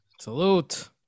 Salute